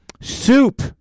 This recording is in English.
soup